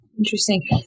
Interesting